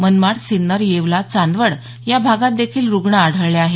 मनमाड सिन्नर येवला चांदवड या भागात देखील रुग्ण आढळले आहेत